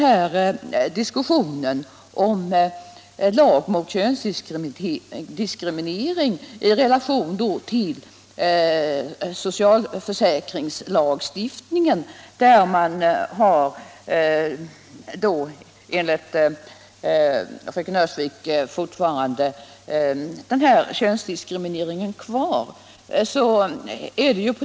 Här ställdes en lag mot könsdiskriminering i relation till socialförsäkringslagstiftningen, där man enligt fröken Öhrsvik fortfarande har könsdiskrimineringen kvar.